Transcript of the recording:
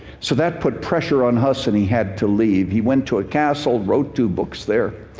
so that put pressure on hus and he had to leave. he went to a castle, wrote two books there.